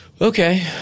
Okay